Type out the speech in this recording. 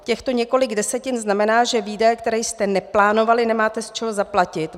Těchto několik desetin znamená, že výdaje, které jste neplánovali, nemáte z čeho zaplatit.